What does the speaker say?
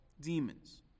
demons